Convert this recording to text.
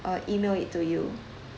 uh email it to you